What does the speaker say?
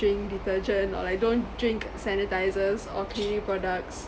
drink detergent or like don't drink sanitizers or cleaning products